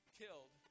killed